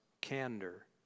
candor